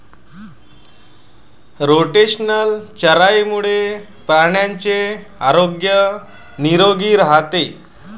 rotational चराईमुळे प्राण्यांचे आरोग्य निरोगी राहते